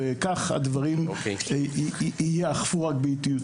וכך הדברים יאכפו הרבה יותר.